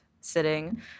sitting